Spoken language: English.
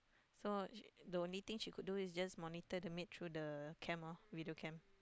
so the only thing she could do is just monitor the maid through the cam loh video cam